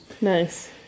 Nice